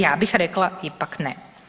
Ja bih rekla ipak ne.